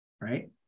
right